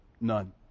none